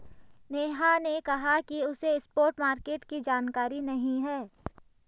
नेहा ने कहा कि उसे स्पॉट मार्केट की जानकारी नहीं है